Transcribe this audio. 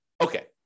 Okay